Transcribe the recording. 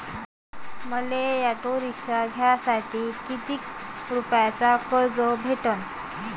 मले auto rickshaw घ्यासाठी कितीक रुपयाच कर्ज भेटनं?